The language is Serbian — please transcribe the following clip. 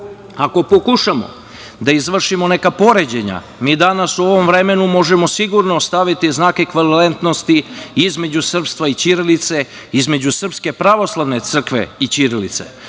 pokušamo da izvršimo neka poređenja mi danas u ovom vremenu možemo sigurno staviti znake ekvivalentnosti između srpstva i ćirilice,